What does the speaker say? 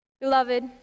Beloved